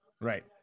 Right